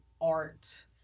art